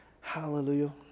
Hallelujah